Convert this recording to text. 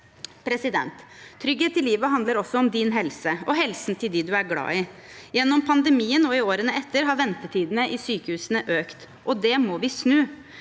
Trygghet i livet handler også om din helse og helsen til dem du er glad i. Gjennom pandemien og i årene etter har ventetidene i sykehusene økt, og det må vi snu.